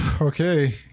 Okay